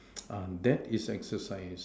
ah that is exercise